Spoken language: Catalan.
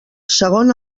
segon